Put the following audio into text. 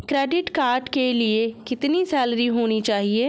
Credit card के लिए कितनी सैलरी होनी चाहिए?